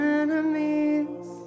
enemies